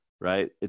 right